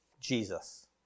Jesus